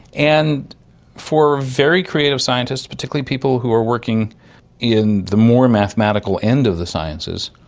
and for very creative scientists, particularly people who are working in the more mathematical end of the sciences,